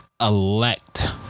Elect